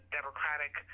Democratic